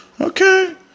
Okay